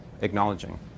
acknowledging